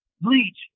bleach